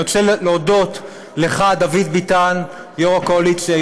אני רוצה להודות לך, דוד ביטן, יו"ר הקואליציה.